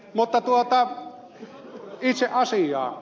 mutta itse asiaan